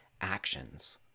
actions